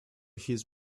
his